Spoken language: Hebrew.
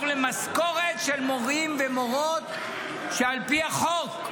למשכורת של מורים ומורות שעל פי החוק,